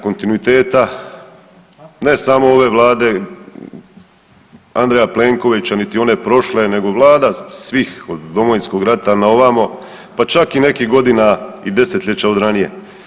Kontinuiteta ne samo ove Vlade Andreja Plenkovića niti one prošle nego vlada svih od Domovinskog rata naovamo, pa čak i nekih godina i desetljeća od ranije.